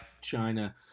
China